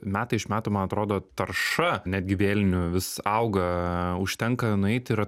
metai iš metų man atrodo tarša netgi vėlinių vis auga užtenka nueiti ir